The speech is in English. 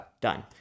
Done